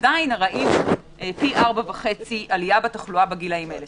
עדיין ראינו פי 4.5 עלייה בתחלואה בגילאים האלה.